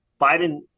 Biden